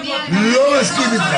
לא מסכים איתך.